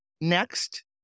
Next